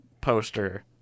poster